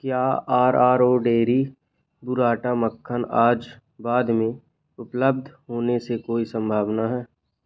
क्या R R O dairy burrata मक्खन आज बाद में उपलब्ध होने की कोई संभावना है